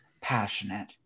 passionate